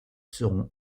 seront